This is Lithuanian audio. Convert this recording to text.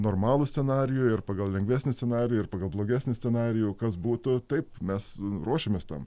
normalų scenarijų ir pagal lengvesnį scenarijų ir pagal blogesnį scenarijų kas būtų taip mes ruošiamės tam